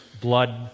blood